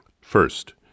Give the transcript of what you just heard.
First